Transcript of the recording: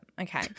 okay